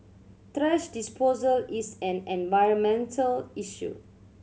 thrash disposal is an environmental issue